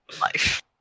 life